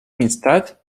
instead